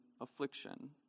affliction